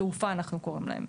התעופה כפי שאנחנו קוראים להן.